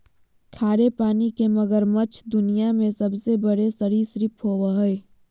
खारे पानी के मगरमच्छ दुनिया में सबसे बड़े सरीसृप होबो हइ